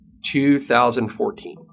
2014